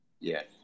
Yes